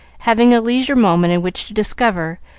having a leisure moment in which to discover,